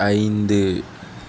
ஐந்து